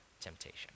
temptation